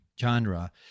genre